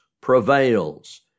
prevails